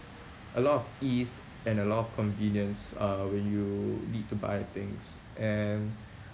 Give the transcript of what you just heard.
a lot of ease and a lot of convenience uh when you need to buy things and